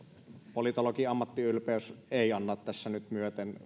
politologin ammattiylpeys ei anna tässä nyt myöten